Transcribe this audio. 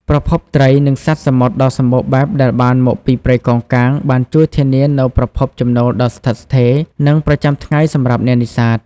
ប្រភពត្រី និងសត្វសមុទ្រដ៏សំបូរបែបដែលបានមកពីព្រៃកោងកាងបានជួយធានានូវប្រភពចំណូលដ៏ស្ថិតស្ថេរ និងប្រចាំថ្ងៃសម្រាប់អ្នកនេសាទ។